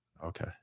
Okay